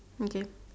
okay